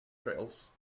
trails